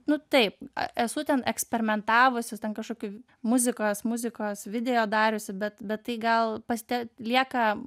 nu taip esu ten eksperimentavus vis ten kažkokių muzikos muzikos video dariusi bet bet tai gal paste lieka